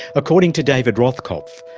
according to david rothkopf,